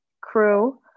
crew